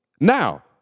Now